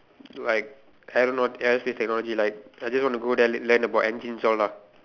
like I don't know what else is technology like I just wanna go there l~ learn about engines all ah